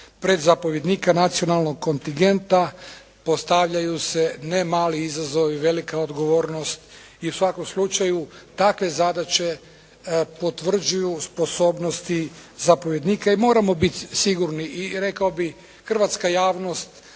pred zapovjednika nacionalnog kontingenta postavljaju se ne mali izazovi, velika odgovornost i u svakom slučaju takve zadaće potvrđuju sposobnosti zapovjednika i moramo biti sigurni i rekao bih hrvatska javnost